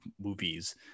movies